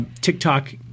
TikTok